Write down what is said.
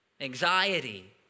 anxiety